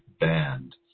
band